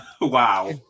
Wow